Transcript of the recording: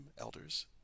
elders